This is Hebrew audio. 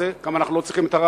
אנחנו לא צריכים את הוויכוח הזה.